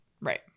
Right